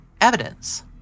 evidence